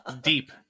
deep